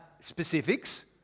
specifics